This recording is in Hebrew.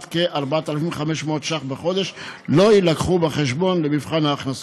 עד כ-4,500 שקל בחודש לא יילקחו בחשבון במבחן ההכנסות.